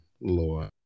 Lord